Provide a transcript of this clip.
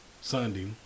Sunday